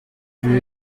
ibi